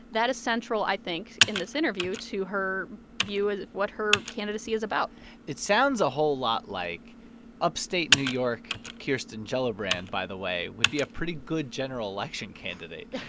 that is central, i think, in this interview to her view of what her candidacy is about it sounds a whole lot like upstate new york kirsten gillibrand, by the way, would be a pretty good general election candidate.